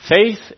Faith